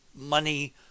money